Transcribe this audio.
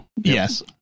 yes